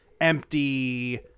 empty